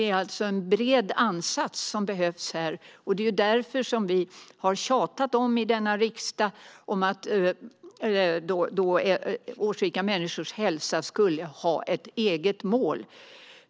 Det behövs en bred ansats, och därför har vi tjatat i riksdagen om att årsrika människors hälsa ska ha ett eget mål.